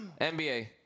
NBA